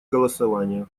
голосования